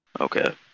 Okay